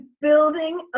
building